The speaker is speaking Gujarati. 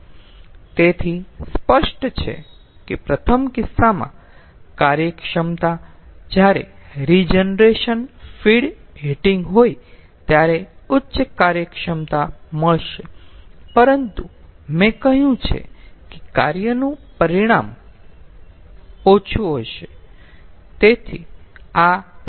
તેથી સ્પષ્ટ છે કે પ્રથમ કિસ્સામાં કાર્યક્ષમતા જ્યારે રીજનરેશન ફીડ હીટિંગ હોય ત્યારે ઉચ્ચ કાર્યક્ષમતા મળશે પરંતુ મેં કહ્યું છે કે કાર્યનું પરિણામ ઓછું થશે